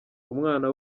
umwana